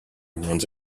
runs